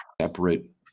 separate